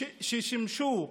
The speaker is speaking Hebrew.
ששימשו